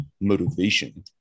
motivation